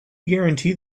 guarantee